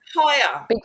Higher